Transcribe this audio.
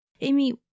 Amy